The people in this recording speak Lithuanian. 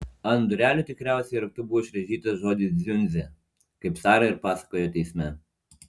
ant durelių tikriausiai raktu buvo išraižytas žodis dziundzė kaip sara ir pasakojo teisme